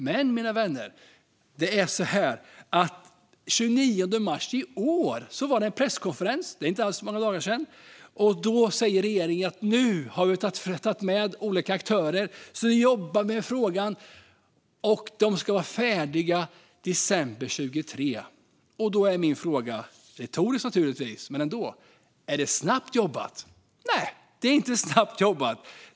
Men, mina vänner, den 29 mars i år var det en presskonferens - det är för inte alls många dagar sedan - där regeringen sa att man nu hade tagit med olika aktörer som jobbar med frågan och att de ska vara färdiga i december 2023. Då är min fråga, retorisk naturligtvis men ändå: Är det snabbt jobbat? Nej, det är inte snabbt jobbat.